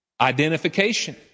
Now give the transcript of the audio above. Identification